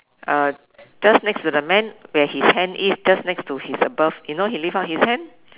uh just next to the man where his hand is just next to his above you know you lift up his hand